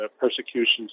persecutions